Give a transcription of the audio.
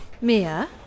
Mia